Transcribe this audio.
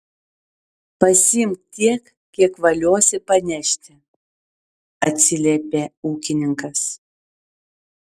pasiimk tiek kiek valiosi panešti atsiliepė ūkininkas